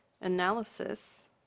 analysis